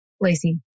Lacey